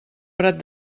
prat